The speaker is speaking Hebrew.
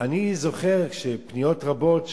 אני זוכר פניות רבות,